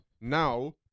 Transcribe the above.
now